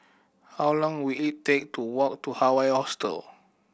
how long will it take to walk to Hawaii Hostel